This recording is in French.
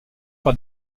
par